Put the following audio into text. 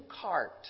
cart